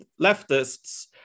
leftists